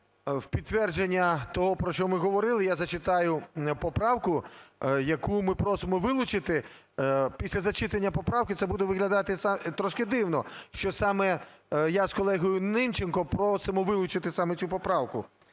В підтвердження того, про що ми говорили, я зачитаю поправку, яку ми просимо вилучити. Після зачитання поправки це буде виглядати трошки дивно, що саме я з колегою Німченко просимо вилучити саме цю поправку,